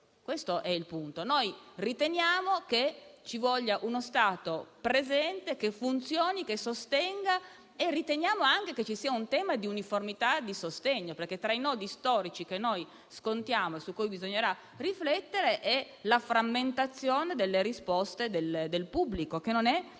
punto è che noi riteniamo che ci voglia uno Stato presente, che funzioni e sostenga. E riteniamo anche che ci sia un tema di uniformità di sostegno, perché tra i nodi storici che scontiamo e su cui bisognerà riflettere c'è la frammentazione delle risposte del pubblico, che non è assolutamente